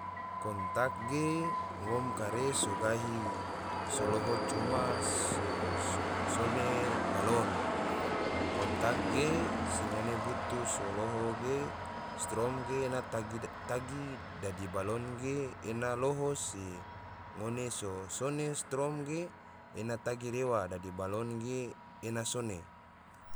Kontak ge ngom kare so gahi so loho coma se so sone balon, kontak ge se ngone butu so loho ge strom ge ena tagi, dadi balon ge ena loho si ngone so sone strom ge ena tagi rewa dadi balon ge ena sone